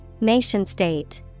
Nation-state